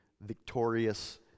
victorious